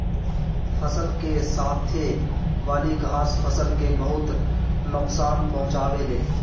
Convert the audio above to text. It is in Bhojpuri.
फसल के साथे वाली घास फसल के बहुत नोकसान पहुंचावे ले